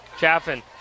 Chaffin